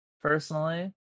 personally